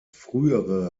frühere